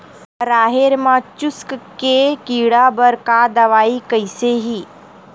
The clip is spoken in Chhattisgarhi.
राहेर म चुस्क के कीड़ा बर का दवाई कइसे ही?